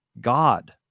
God